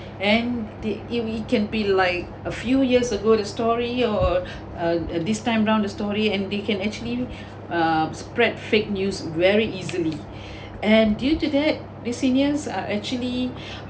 then they it it can be like a few years ago the story or uh uh this time around the story and they can actually uh spread fake news very easily and due to that the seniors are actually